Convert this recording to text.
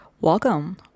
Welcome